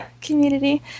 community